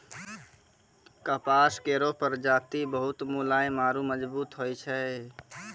कपास केरो प्रजाति बहुत मुलायम आरु मजबूत होय छै